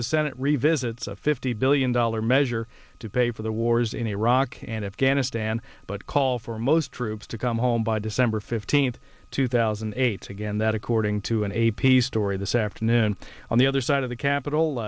the senate revisits a fifty billion dollars measure to pay for the wars in iraq and afghanistan but call for most troops to come home by december fifteenth two thousand and eight again that according to an a p story this afternoon on the other side of the